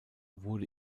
wurde